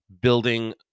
building